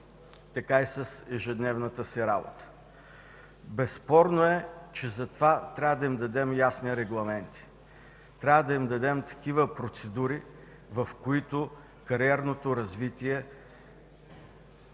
така и с ежедневната си работа. Безспорно е, че за това трябва да им дадем ясни регламенти, трябва да им дадем такива процедури, в които кариерното развитие